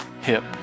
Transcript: hip